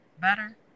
Better